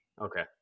Okay